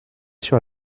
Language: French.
sur